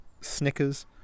Snickers